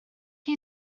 chi